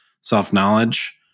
self-knowledge